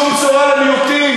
שום בשורה למיעוטים,